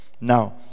Now